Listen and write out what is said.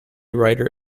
writer